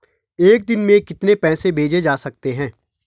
एक दिन में कितने पैसे भेजे जा सकते हैं?